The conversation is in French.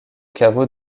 caveau